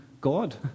God